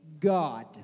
God